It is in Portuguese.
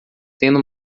tendo